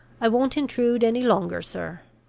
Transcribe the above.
i won't intrude any longer, sir.